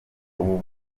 ubu